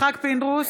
יצחק פינדרוס,